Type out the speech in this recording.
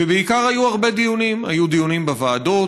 ובעיקר היו הרבה דיונים: היו דיונים בוועדות,